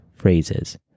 phrases